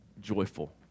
joyful